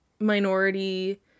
minority